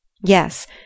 Yes